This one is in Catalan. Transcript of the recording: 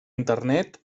internet